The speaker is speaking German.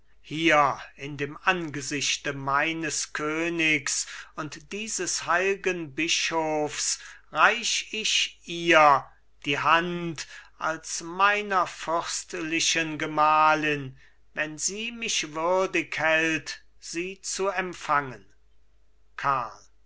hier in dem angesichte meines königs und dieses heilgen bischofs reich ich ihr die hand als meiner fürstlichen gemahlin wenn sie mich würdig hält sie zu empfangen karl